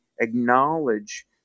acknowledge